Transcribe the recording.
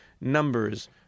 numbers